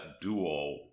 Duo